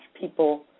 people